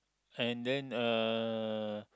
and then uh